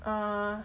ah